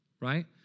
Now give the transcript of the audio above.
right